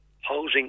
housing